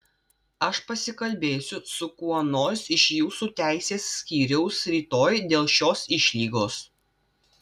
aš pasikalbėsiu su kuo nors iš jūsų teisės skyriaus rytoj dėl šios išlygos